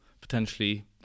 potentially